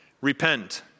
Repent